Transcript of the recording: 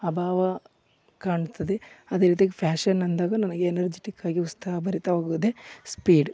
ಅಭಾವ ಕಾಣ್ತದೆ ಅದೇ ರೀತಿ ಫ್ಯಾಶನ್ ಅಂದಾಗ ನನಗೆ ಎನರ್ಜಿಟಿಕ್ಕಾಗಿ ಉತ್ಸಾಹಭರಿತವಾಗುದೇ ಸ್ಪೀಡ್